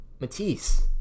Matisse